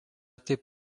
taip